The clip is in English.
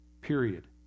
period